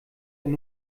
wenn